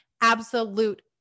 absolute